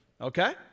Okay